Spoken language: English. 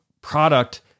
product